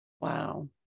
Wow